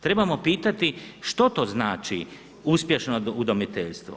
Trebamo pitati što to znači uspješno udomiteljstvo.